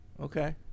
Okay